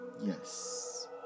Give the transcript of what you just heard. Yes